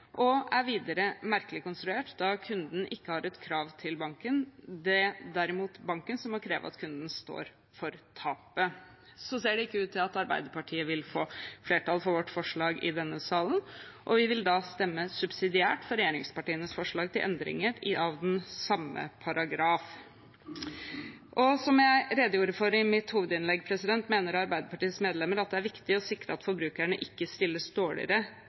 og er videre merkelig konstruert, da kunden ikke har et krav til banken. Det er derimot banken som må kreve at kunden står for tapet. Så ser det ikke ut til at Arbeiderpartiet vil få flertall i denne salen for vårt forslag, og vi vil da stemme subsidiært for regjeringspartienes forslag til endringer i den samme paragraf. Som jeg redegjorde for i mitt hovedinnlegg, mener Arbeiderpartiets medlemmer at det er viktig å sikre at forbrukerne ikke stilles dårligere